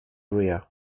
rea